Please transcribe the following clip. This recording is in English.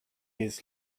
years